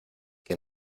que